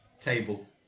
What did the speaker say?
Table